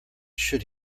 should